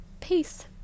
peace